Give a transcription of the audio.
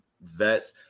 vets